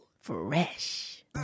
Fresh